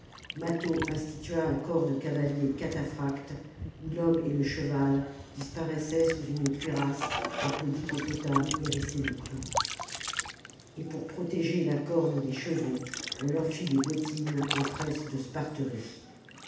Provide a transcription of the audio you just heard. mâtho institua un corps de cavaliers cataphractes où l'homme et le cheval disparaissaient sous une cuirasse en peau d'hippopotame hérissée de clous et pour protéger la corne des chevaux on leur fit des bottines en tresse de